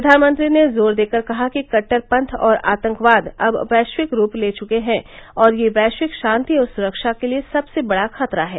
प्रधानमंत्री ने जोर देकर कहा कि कट्टरपंथ और आतंकवाद अब वैश्विक रूप ले चुके हैं और ये वैश्विक शांति और सुरक्षा के लिए सबसे बड़ा खतरा हैं